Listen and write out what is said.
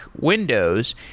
Windows